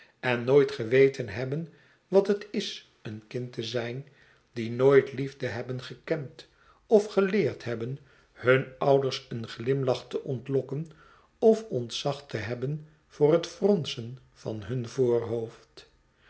en nooit geweten hebben wat het is een kind te zijn die nooit liefde hebben gekend of geleerd hebben hun ouders een glimlach te ontlokken of ontzag te hebben voor het fronsen van hun voorhoofd